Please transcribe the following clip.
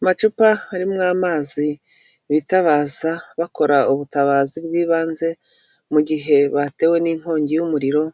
Amacupa harimo amazi bitabaza bakora ubutabazi bw'ibanze mu gihe batewe n'inkongi y'umuriro,